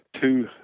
two